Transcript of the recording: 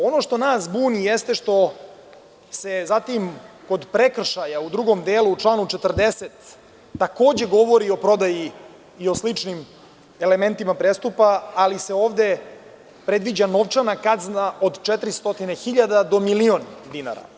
Ono što nas buni jeste što se zatim kod prekršaja u drugom delu u članu 40. takođe govori o prodaji i o sličnim elementima prestupa, ali se ovde predviđa novčana kazna od 400 hiljada do milion dinara.